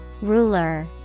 Ruler